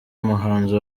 muhanzi